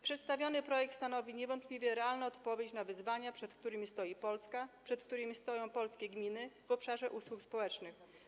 Przedstawiony projekt stanowi niewątpliwie realną odpowiedź na wyzwania, przed którymi stoi Polska, przed którymi stoją polskie gminy w obszarze usług społecznych.